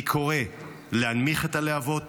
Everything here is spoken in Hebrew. אני קורא להנמיך את הלהבות.